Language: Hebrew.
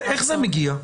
איך זה מגיע?